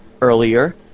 earlier